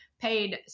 paid